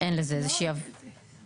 אין לזה עבירה לפי החוק.